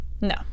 no